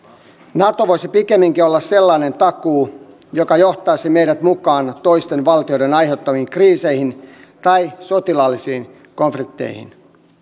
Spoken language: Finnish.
nato voisi pikemminkin olla sellainen takuu joka johtaisi meidät mukaan toisten valtioiden aiheuttamiin kriiseihin tai sotilaallisiin konflikteihin